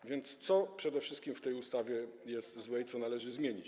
A więc co przede wszystkim w tej ustawie jest złe i co należy zmienić?